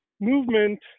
movement